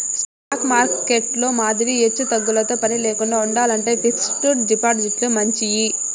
stock మార్కెట్టులో మాదిరి ఎచ్చుతగ్గులతో పనిలేకండా ఉండాలంటే ఫిక్స్డ్ డిపాజిట్లు మంచియి